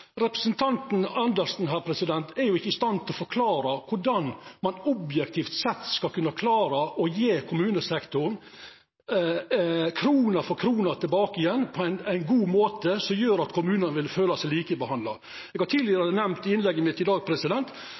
Representanten Andersen er jo ikkje i stand til å forklara korleis ein objektivt sett skal kunna klara å gje kommunesektoren krone for krone tilbake på ein god måte, som gjer at kommunane vil føla seg likebehandla. Eg har i innlegget mitt tidlegare i dag